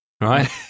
Right